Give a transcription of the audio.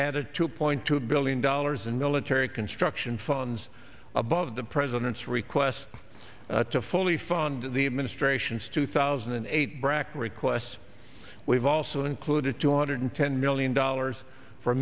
added two point two billion dollars in military construction funds above the president's request to fully fund the administration's two thousand and eight brac requests we've also included two hundred ten million dollars for